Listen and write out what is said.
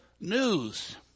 news